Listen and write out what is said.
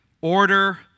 Order